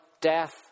death